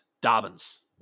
Dobbins